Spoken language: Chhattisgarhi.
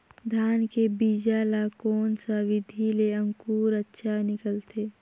धान के बीजा ला कोन सा विधि ले अंकुर अच्छा निकलथे?